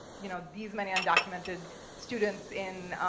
you know, these many undocumented students in,